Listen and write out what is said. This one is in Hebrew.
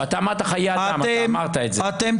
אגב,